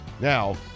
Now